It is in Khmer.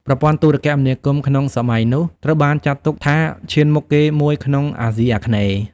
ប្រព័ន្ធទូរគមនាគមន៍ក្នុងសម័យនោះត្រូវបានចាត់ទុកថាឈានមុខគេមួយក្នុងអាស៊ីអាគ្នេយ៍។